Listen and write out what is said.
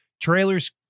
trailers